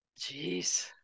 Jeez